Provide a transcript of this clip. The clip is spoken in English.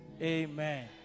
amen